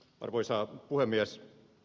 arvoisa puhemies